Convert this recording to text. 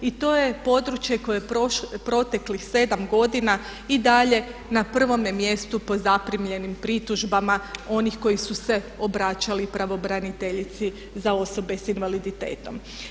I to je područje koje je proteklih 7 godina i dalje na prvome mjestu po zaprimljenim pritužbama onih koji su se obraćali pravobraniteljici za osobe s invaliditetom.